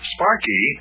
Sparky